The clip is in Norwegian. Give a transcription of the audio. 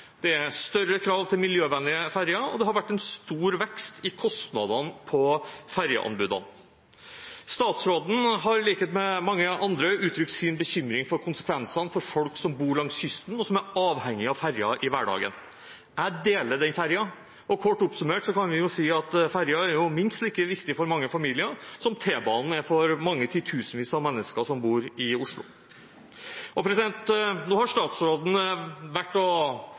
det er større krav til miljøvennlige ferjer, og det har vært en stor vekst i kostnadene på ferjeanbudene. Statsråden har, i likhet med mange andre, uttrykt sin bekymring for konsekvensene for folk som bor langs kysten, og som er avhengig av ferjer i hverdagen. Jeg deler den bekymringen, og kort oppsummert kan vi jo si at ferjer er minst like viktig for mange familier som T-banen er for titusener av mennesker som bor i Oslo. Nå har statsråden vært og seilt med ferjene på Vestlandet og spist svele, hun har hatt en måned på å